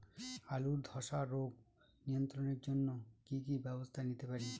আলুর ধ্বসা রোগ নিয়ন্ত্রণের জন্য কি কি ব্যবস্থা নিতে পারি?